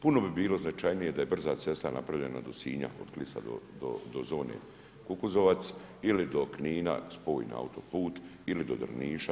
Puno bi bilo značajnije da je brza cesta napravljena do Sinja od Klisa do zone Kukuzovac ili do Knina spoj na autoput ili do Drniša.